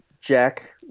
Jack